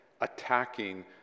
attacking